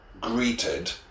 greeted